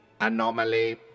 anomaly